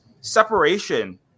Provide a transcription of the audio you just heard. separation